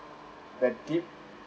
that dip